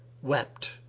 wept.